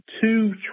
two